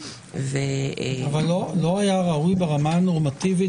אבל לא היה ראוי ברמה הנורמטיבית